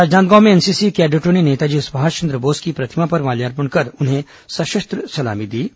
राजनांदगांव में एनसीसी कैडेटों ने नेताजी सुभाषचंद्र बोस की प्रतिमा पर माल्यार्पण कर उन्हें सशस्त्र सलामी दी गई